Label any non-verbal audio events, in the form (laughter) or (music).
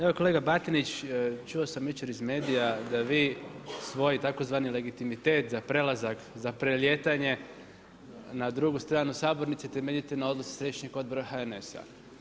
Evo, kolega Batinić, čuo sam jučer iz medija da vi svoj tzv. legitimitet za prelazak, za preletanje na drugi stranu sabornice temeljite na … (unintelligible) iz središnjeg odbora HNS-a.